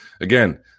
again